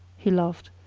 he laughed,